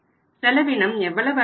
செலவினம் எவ்வளவு அதிகரிக்கும்